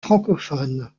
francophones